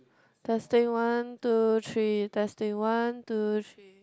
testing one two three testing one two three